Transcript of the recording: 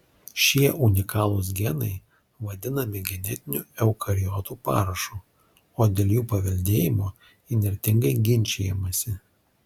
šie unikalūs genai vadinami genetiniu eukariotų parašu o dėl jų paveldėjimo įnirtingai ginčijamasi